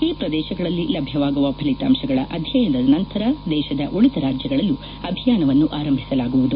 ಈ ಪ್ರದೇಶಗಳಲ್ಲಿ ಲಭ್ಯವಾಗುವ ಫಲಿತಾಂಶಗಳ ಅಧ್ಯಯನದ ನಂತರ ದೇಶದ ಉಳಿದ ರಾಜ್ಯಗಳಲ್ಲೂ ಅಭಿಯಾನವನ್ನು ಆರಂಭಿಸಲಾಗುವುದು